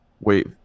Wait